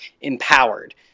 empowered